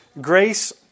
grace